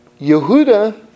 Yehuda